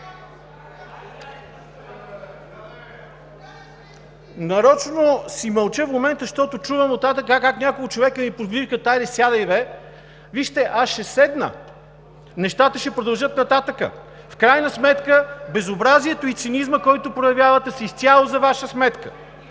Нарочно си мълча в момента, защото чувам оттатък как няколко човека ми подвикват: „Хайде, сядай бе!“ Вижте, аз ще седна, нещата ще продължат нататък. В крайна сметка безобразието и цинизма, които проявявате, си е изцяло за Ваша сметка.